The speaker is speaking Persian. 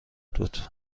بود